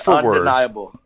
undeniable